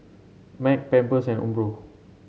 Mac Pampers and Umbro